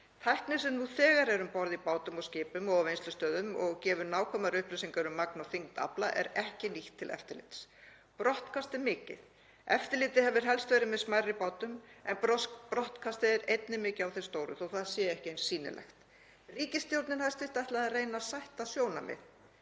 Tækni sem nú þegar er um borð í bátum og skipum og á vinnslustöðvum og gefur nákvæmar upplýsingar um magn og þyngd afla er ekki nýtt til eftirlits. Brottkast er mikið. Eftirlitið hefur helst verið með smærri bátum en brottkastið er einnig mikið hjá þeim stóru þótt það sé ekki eins sýnilegt. Hæstv. ríkisstjórn ætlaði að reyna að sætta sjónarmið,